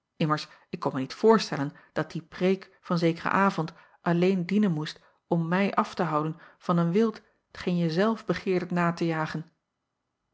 immers ik kon mij niet voorstellen dat die preêk van zekeren avond alleen dienen moest om mij af te houden van een wild t geen je zelf begeerdet na te jagen